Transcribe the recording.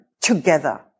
together